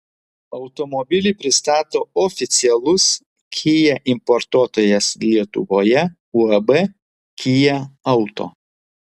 automobilį pristato oficialus kia importuotojas lietuvoje uab kia auto